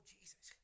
Jesus